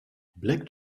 black